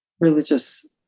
religious